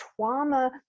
trauma